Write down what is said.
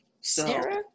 Sarah